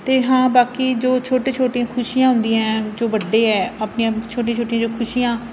ਅਤੇ ਹਾਂ ਬਾਕੀ ਜੋ ਛੋਟੀ ਛੋਟੀਆਂ ਖੁਸ਼ੀਆਂ ਹੁੰਦੀਆਂ ਜੋ ਵੱਡੇ ਹੈ ਆਪਣੀਆਂ ਛੋਟੀਆਂ ਛੋਟੀਆਂ ਜੋ ਖੁਸ਼ੀਆਂ